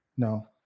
No